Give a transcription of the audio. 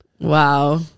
Wow